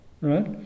Right